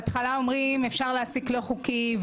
בהתחלה אומרים אפשר להעסיק לא חוקי,